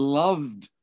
loved